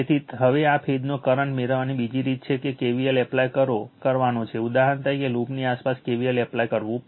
તેથી હવે આ ફેઝનો કરંટ મેળવવાની બીજી રીત એ છે કે KVL એપ્લાય કરવાનો છે ઉદાહરણ તરીકે લૂપની આસપાસ KVL એપ્લાય કરવું